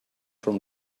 from